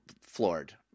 floored